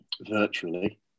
virtually